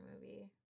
movie